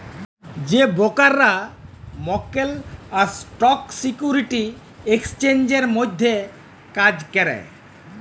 যে ব্রকাররা মক্কেল আর স্টক সিকিউরিটি এক্সচেঞ্জের মধ্যে কাজ ক্যরে